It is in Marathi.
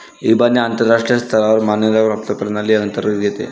इबानी आंतरराष्ट्रीय स्तरावर मान्यता प्राप्त प्रणाली अंतर्गत येते